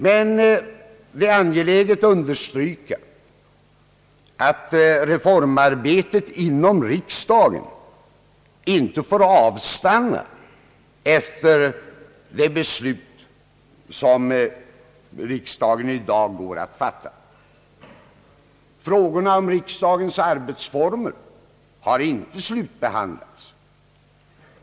Det är emellertid angeläget att understryka att reformarbetet inom riksdagen inte får avstanna efter det beslut som riksdagen i dag går att fatta. Frågorna om den nya riksdagens arbetsformer har inte slutbehandlats.